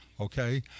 Okay